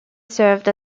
served